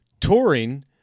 touring